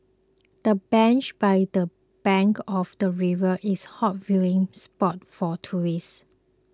the bench by the bank of the river is a hot viewing spot for tourists